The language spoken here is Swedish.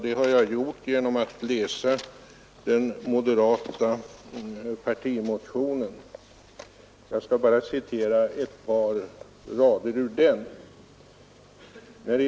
Det har jag gjort genom att läsa den moderata partimotionen om bostadspolitiken, och jag skall här citera ett par rader ur den.